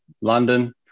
London